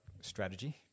strategy